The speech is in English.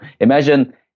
imagine